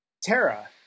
Tara